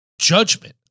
judgment